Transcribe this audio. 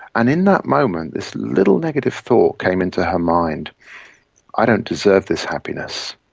and in that moment this little negative thought came into her mind i don't deserve this happiness,